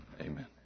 Amen